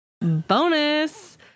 bonus